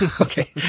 Okay